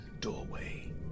doorway